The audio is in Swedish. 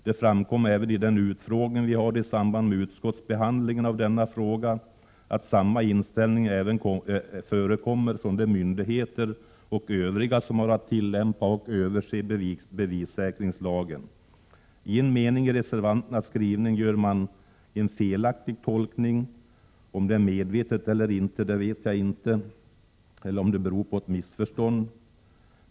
Det framkom även i den utfrågning vi hade i samband med utskottsbehandlingen av denna fråga, att samma inställning även råder hos de myndigheter och övriga som har att tillämpa och överse bevissäkringslagen. I en mening i reservanternas skrivning gör man en helt felaktig tolkning av lagen; om det är medvetet eller om det beror på ett missförstånd, vet jag inte.